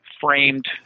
framed